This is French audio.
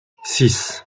six